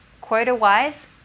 quota-wise